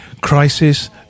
Crisis